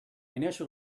initial